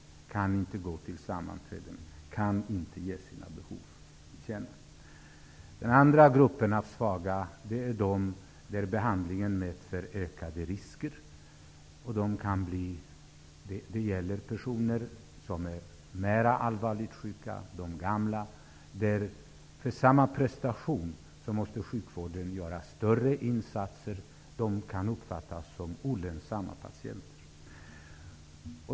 De kan inte gå på sammanträden och göra sina behov hörda. En annan svag grupp är den för vilken behandlingen medför ökade risker. Det gäller allvarligt sjuka personer och de gamla. För samma resultat måste sjukvården göra större insatser, och personerna kan uppfattas som olönsamma patienter.